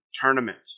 tournament